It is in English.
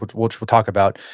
which which we'll talk about.